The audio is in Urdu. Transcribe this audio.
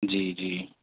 جی جی